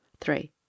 three